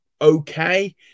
okay